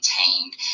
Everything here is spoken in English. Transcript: maintained